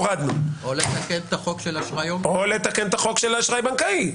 או לתקן את החוק של אשראי --- או לתקן את החוק של אשראי בנקאי.